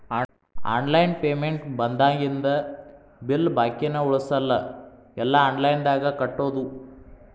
online payment ಬಂದಾಗಿಂದ bill ಬಾಕಿನ ಉಳಸಲ್ಲ ಎಲ್ಲಾ ಆನ್ಲೈನ್ದಾಗ ಕಟ್ಟೋದು